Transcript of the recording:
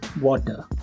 water